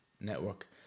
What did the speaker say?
network